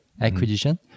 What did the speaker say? acquisition